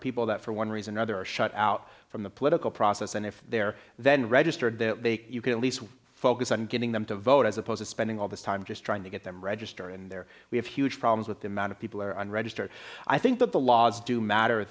people that for one reason or other are shut out from the political process and if they're then registered there you can at least focus on getting them to vote as opposed to spending all this time just trying to get them register in there we have huge problems with the amount of people are unregistered i think that the laws do matter